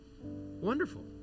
wonderful